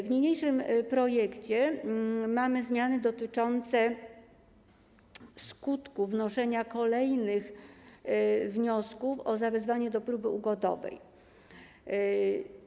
W niniejszym projekcie mamy zmiany dotyczące skutków wnoszenia kolejnych wniosków o zawezwanie do próby ugodowej.